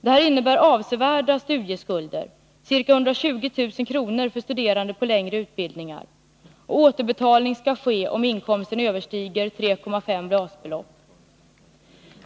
Det innebär avsevärda studieskulder, ca 120 000 kr. för studerande på längre utbildningar, och återbetalning skall ske om inkomsten överstiger 3,5 basbelopp.